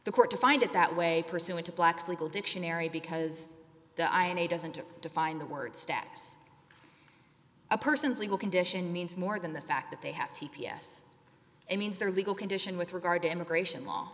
the court to find it that way pursuant to black's legal dictionary because the i in a doesn't to define the word steps a person's legal condition means more than the fact that they have t p s it means they're legal condition with regard to immigration law